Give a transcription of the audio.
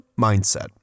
mindset